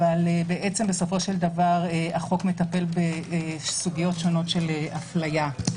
אבל בסופו של דבר החוק מטפל בסוגיות שונות של הפליה.